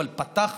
אבל פתחנו,